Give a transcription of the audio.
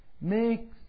make